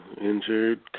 injured